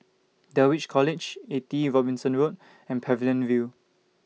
Dulwich College eighty Robinson Road and Pavilion View